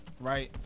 right